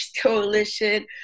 coalition